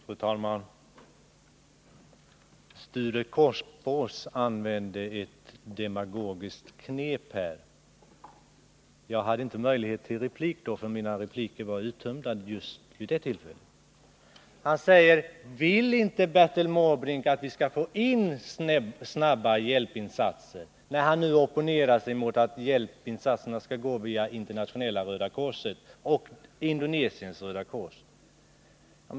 Fru talman! Sture Korpås använde ett demagogiskt knep. Jag hade inte möjlighet till replik vid det tillfället, eft2rsom min repliktid var uttömd. Sture Korpås frågade ungefär så här: Vill inte Bertil Måbrink att vi skall få in snabba hjälpinsatser, när han nu opponerar sig mot att hjälpinsatserna skall gå via Internationella röda korset och Indonesiens röda kors?